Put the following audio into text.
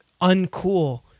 uncool